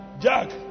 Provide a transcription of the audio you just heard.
Jack